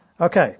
Okay